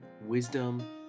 wisdom